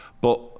but-